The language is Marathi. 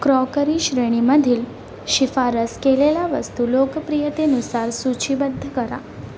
क्रॉकरी श्रेणीमधील शिफारस केलेल्या वस्तू लोकप्रियतेनुसार सूचीबद्ध करा